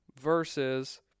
versus